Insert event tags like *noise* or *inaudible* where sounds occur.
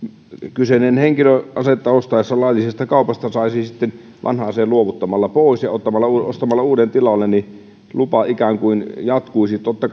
kyseinen henkilö asetta ostaessaan laillisesta kaupasta saisi sitten luovuttamalla vanhan aseen pois ja ostamalla uuden tilalle luvan lupa ikään kuin jatkuisi totta *unintelligible*